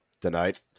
tonight